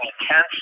intense